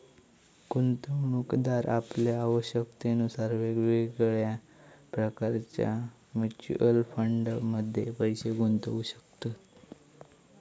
गुंतवणूकदार आपल्या आवश्यकतेनुसार वेगवेगळ्या प्रकारच्या म्युच्युअल फंडमध्ये पैशे गुंतवू शकतत